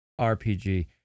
RPG